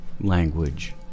language